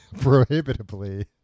prohibitively